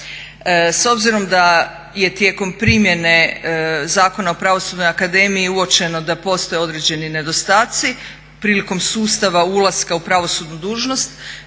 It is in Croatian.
S obzirom da je tijekom primjene Zakona o pravosudnoj akademiji uočeno da postoje određeni nedostatci prilikom sustava ulaska u pravosudnu dužnost